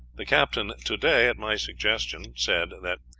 the captain today, at my suggestion, said that,